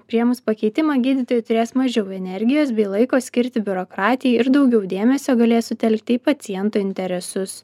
priėmus pakeitimą gydytojai turės mažiau energijos bei laiko skirti biurokratijai ir daugiau dėmesio galės sutelkti į paciento interesus